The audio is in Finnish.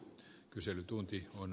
kyselytunti on